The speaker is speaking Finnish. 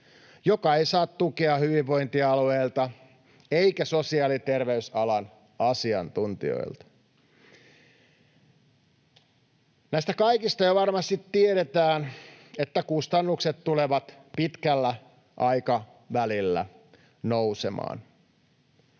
joka ei saa tukea hyvinvointialueilta eikä sosiaali- ja terveysalan asiantuntijoilta. Näistä kaikista jo varmasti tiedetään, että kustannukset tulevat pitkällä aikavälillä nousemaan.